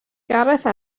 gareth